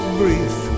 brief